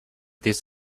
this